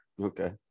okay